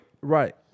Right